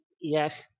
Yes